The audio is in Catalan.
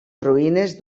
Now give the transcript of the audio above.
ruïnes